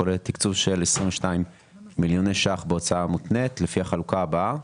כולל תקצוב של 22 מיליוני ₪ בהוצאה מותנית לפי החלוקה הבאה,